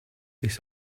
this